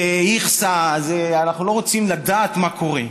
זה איכסה, אנחנו לא רוצים לדעת מה קורה.